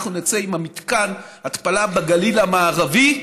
אנחנו נצא עם מתקן התפלה בגליל המערבי,